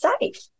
safe